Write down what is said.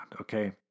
okay